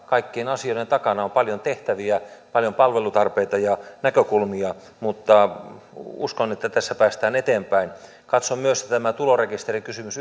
kaikkien asioiden takana on paljon tehtäviä paljon palvelutarpeita ja näkökulmia mutta uskon että tässä päästään eteenpäin katson myös että tämä tulorekisterikysymys